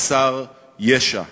חסר ישע,